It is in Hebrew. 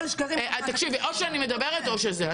--- תקשיבי, או שאני מדברת או שזה.